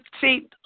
see